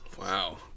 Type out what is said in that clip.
Wow